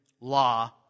law